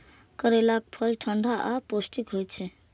करैलाक फल ठंढा आ पौष्टिक होइ छै